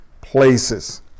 places